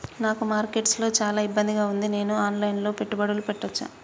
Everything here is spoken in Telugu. నాకు మార్కెట్స్ లో చాలా ఇబ్బందిగా ఉంది, నేను ఆన్ లైన్ లో పెట్టుబడులు పెట్టవచ్చా?